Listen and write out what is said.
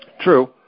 True